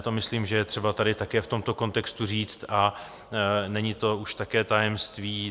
To myslím, že je třeba tady také v tomto kontextu říct, a není to už také tajemství.